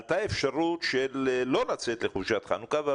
הייתה אפשרות לא לצאת לחופשת חנוכה אבל